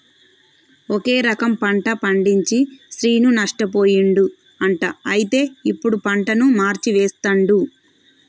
ఒకే రకం పంట పండించి శ్రీను నష్టపోయిండు అంట అయితే ఇప్పుడు పంటను మార్చి వేస్తండు